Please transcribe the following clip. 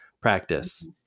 practice